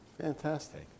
Fantastic